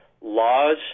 laws